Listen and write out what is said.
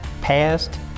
past